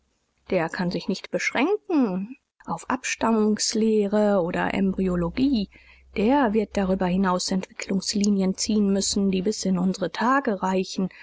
der kann sich nicht beschränken auf abstammungslehre oder embryologie der wird darüber hinaus entwicklungslinien ziehen müssen die bis in unsere tage reichen